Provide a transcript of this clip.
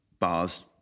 bars